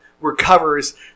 Recovers